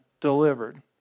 delivered